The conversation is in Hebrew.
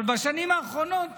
אבל בשנים האחרונות